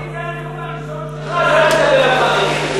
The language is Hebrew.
אז אם זה הנאום הראשון שלך,